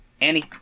Annie